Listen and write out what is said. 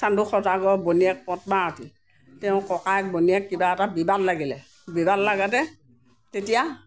চাণ্ডো সদাগৰৰ ভনীয়েক পদ্মাৱতী তেওঁ ককায়েক ভনীয়েক কিবা এটা বিবাদ লাগিলে বিবাদ লাগোঁতে তেতিয়া